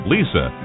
Lisa